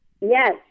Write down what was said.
yes